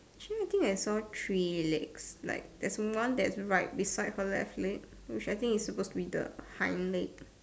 actually I think I saw three legs like there's one that's right beside her left leg which I think is supposed to be the hind leg